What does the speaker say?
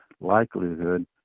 likelihood